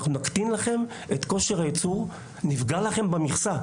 אנחנו נקטין לכם את כושר הייצור ונפגע לכם במכסה.